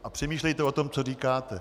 A přemýšlejte o tom, co říkáte.